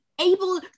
able